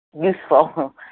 useful